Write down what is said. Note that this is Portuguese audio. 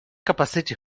capacete